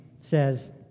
says